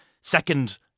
second